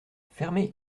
fermez